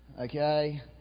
okay